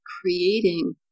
creating